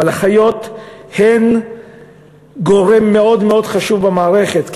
אבל אחיות הן גורם מאוד חשוב במערכת.